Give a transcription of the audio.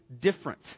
different